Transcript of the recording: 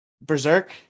Berserk